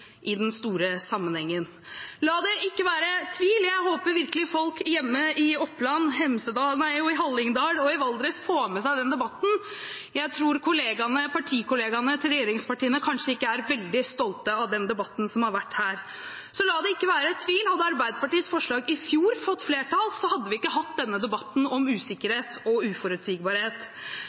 i den store sammenhengen. La det ikke være tvil: Jeg håper virkelig folk hjemme i Oppland, i Hallingdal og i Valdres får med seg denne debatten. Jeg tror partikollegaene i regjeringspartiene kanskje ikke er veldig stolte av den debatten som har vært her. Så la det ikke være tvil: Hadde Arbeiderpartiets forslag i fjor fått flertall, hadde vi ikke hatt denne debatten om